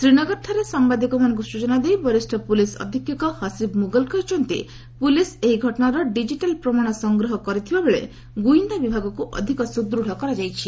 ଶ୍ରୀନଗରଠାରେ ସାୟାଦିକମାନଙ୍କୁ ସୂଚନା ଦେଇ ବରିଷ୍ଠ ପୁଲିସ୍ ଅଧୀକ୍ଷକ ହସିବ୍ ମୁଗଲ୍ କହିଛନ୍ତି ପୁଲିସ୍ ଏହି ଘଟଣାର ଡିଜିଟାଲ ପ୍ରମାଣ ସଂଗ୍ରହ କରିବା ସହିତ ଗୁଇନ୍ଦା ବିଭାଗକୁ ଅଧିକ ସୁଦୃଢ଼ କରାଯାଇଛି